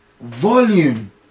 volume